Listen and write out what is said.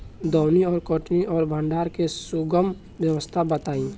दौनी और कटनी और भंडारण के सुगम व्यवस्था बताई?